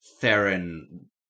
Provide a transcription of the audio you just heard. Theron